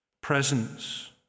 presence